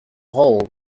hole